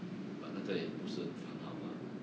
but 那个也不是很好 mah